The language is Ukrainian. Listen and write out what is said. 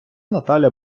наталя